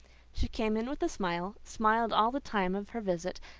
she came in with a smile, smiled all the time of her visit,